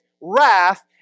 wrath